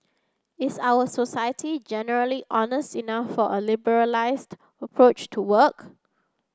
is our society generally honest enough for a liberalised approach to work